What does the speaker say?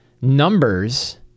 numbers